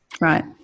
Right